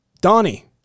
donnie